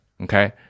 Okay